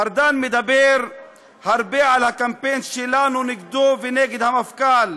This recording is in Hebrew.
ארדן מדבר הרבה על הקמפיין שלנו נגדו ונגד המפכ"ל,